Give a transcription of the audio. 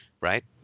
right